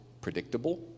predictable